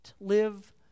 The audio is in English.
live